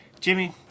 Jimmy